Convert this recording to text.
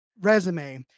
resume